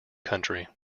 country